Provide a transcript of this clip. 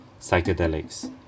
psychedelics